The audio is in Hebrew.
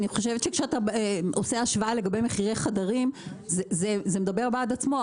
אני שכשאתה עושה השוואה לגבי מחירי חדרים זה מדבר בעד עצמו.